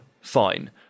fine